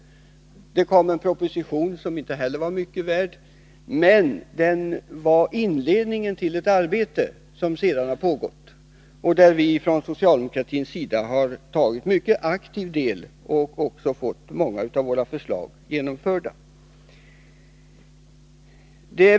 Det kom en proposition som inte heller den var mycket värd, men den blev inledningen till ett arbete som sedan pågått och där vi från socialdemokratins sida har deltagit mycket aktivt och fått många av våra förslag genomförda.